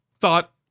thought